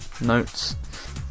notes